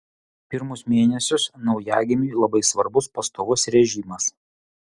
pirmus mėnesius naujagimiui labai svarbus pastovus režimas